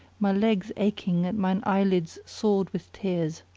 my legs aching and mine eyelids sored with tears.